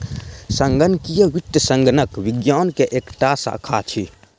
संगणकीय वित्त संगणक विज्ञान के एकटा शाखा अछि